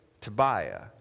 Tobiah